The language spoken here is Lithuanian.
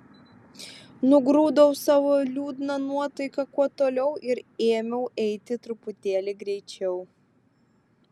nugrūdau savo liūdną nuotaiką kuo toliau ir ėmiau eiti truputėlį greičiau